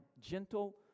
gentle